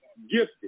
gifted